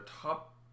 top